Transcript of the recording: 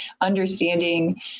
understanding